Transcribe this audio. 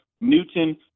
Newton